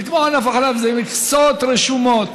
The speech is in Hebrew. זה כמו ענף החלב, מכסות רשומות.